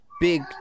big